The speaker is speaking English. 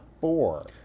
four